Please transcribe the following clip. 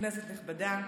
כנסת נכבדה,